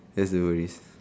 that's the worries